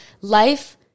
Life